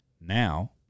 now